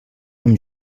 amb